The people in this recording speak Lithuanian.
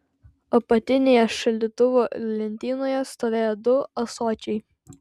apatinėje šaldytuvo lentynoje stovėjo du ąsočiai